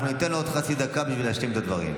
אנחנו ניתן לו עוד חצי דקה בשביל להשלים את הדברים.